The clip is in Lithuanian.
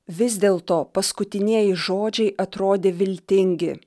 vis dėlto paskutinieji žodžiai atrodė viltingi